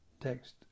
Text